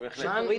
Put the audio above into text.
כן, בהחלט.